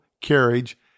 carriage